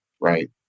right